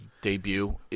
debut